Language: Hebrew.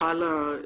סליחה על הדברים,